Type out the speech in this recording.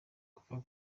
kuva